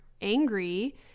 angry